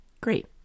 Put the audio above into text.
great